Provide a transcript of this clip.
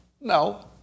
No